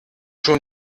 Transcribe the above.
schon